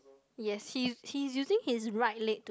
yes he's he's using his right leg